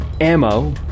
ammo